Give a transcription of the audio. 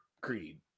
Creed